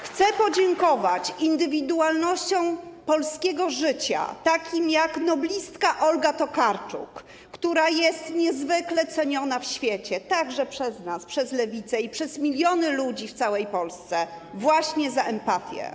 Chcę podziękować indywidualnościom polskiego życia, takim jak noblistka Olga Tokarczuk, która jest niezwykle ceniona w świecie, także przez nas, przez Lewicę, i przez miliony ludzi w całej Polsce, właśnie za empatię.